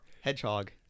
Hedgehog